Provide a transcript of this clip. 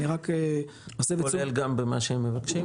אני רק אסב את תשומת --- כולל גם את מה שהם מבקשים?